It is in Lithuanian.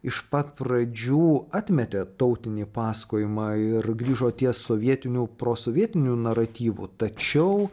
iš pat pradžių atmetė tautinį pasakojimą ir grįžo ties sovietiniu prosovietiniu naratyvu tačiau